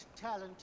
talent